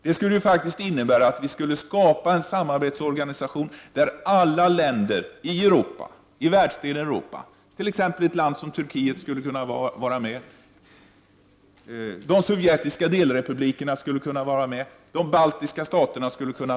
Vi skulle kunna skapa en samarbetsorganisation, där alla länder i världsdelen Europa skulle kunna var med. T.ex. Turkiet skulle kunna vara med, liksom de sovjetiska delrepublikerna, alltså även de baltiska staterna.